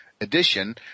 edition